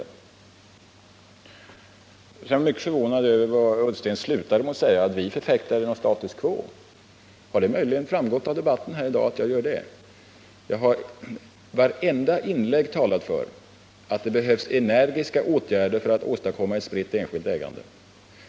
Sedan blev jag mycket förvånad över vad herr Ullsten slutade med att säga, nämligen att det vi förfäktar är status quo. Har det möjligen framgått av debatten här i dag att jag gör det? Jag har i vartenda inlägg talat för att det behövs energiska åtgärder för att åstadkomma ett spritt enskilt ägande.